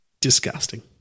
disgusting